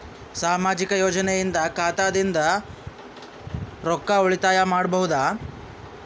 ಸಾಮಾಜಿಕ ಯೋಜನೆಯಿಂದ ಖಾತಾದಿಂದ ರೊಕ್ಕ ಉಳಿತಾಯ ಮಾಡಬಹುದ?